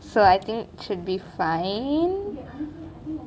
so I think should be fine